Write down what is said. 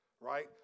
right